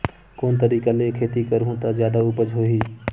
कोन तरीका ले खेती करहु त जादा उपज होही?